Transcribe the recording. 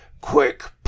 quick